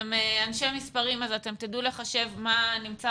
אתם אנשי מספרים ואתם תדעו לחשב מה נמצא